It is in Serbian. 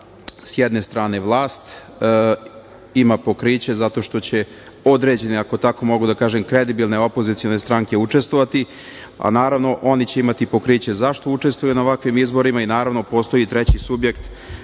s jedne strane, vlast ima pokriće zato što će određene, ako tako mogu da kažem, kredibilne opozicione stranke učestvovati, a naravno, oni će imati pokriće zašto učestvuju na ovakvim izborima. Postoji i treći subjekt,